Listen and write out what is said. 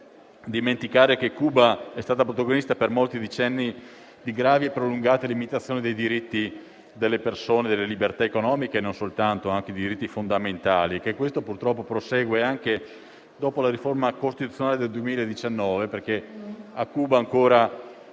può dimenticare che Cuba è stata protagonista per molti decenni di gravi e prolungate limitazioni dei diritti delle persone, delle libertà economiche e anche di diritti fondamentali e che questo purtroppo prosegue anche dopo la riforma costituzionale del 2019. A Cuba infatti